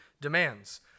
demands